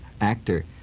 actor